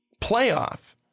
playoff